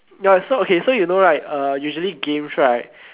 ya so okay so you know right uh usually games right